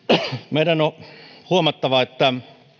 meidän on huomattava että